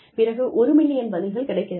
பிறகு 1 மில்லியன் பதில்கள் கிடைக்கிறது